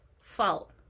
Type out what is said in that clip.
fault